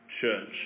church